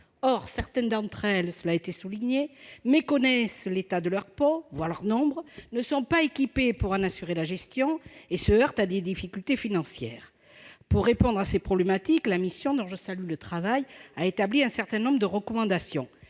-certaines d'entre elles méconnaissent l'état de leurs ponts, voire leur nombre, ne sont pas équipées pour en assurer la gestion et se heurtent à des difficultés financières. Pour répondre à ces problématiques, la mission, dont je salue le travail, a formulé un certain nombre de recommandations.